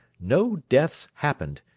no deaths happened,